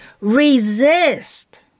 resist